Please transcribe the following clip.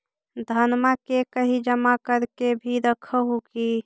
धनमा के कहिं जमा कर के भी रख हू की?